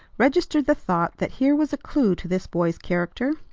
registered the thought that here was a clew to this boy's character.